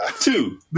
Two